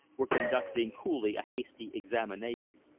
were conducting coolly a hasty examination.